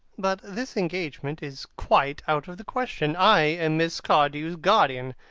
but this engagement is quite out of the question. i am miss cardew's guardian,